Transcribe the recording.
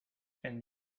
and